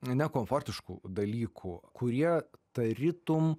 nekomfortiškų dalykų kurie tarytum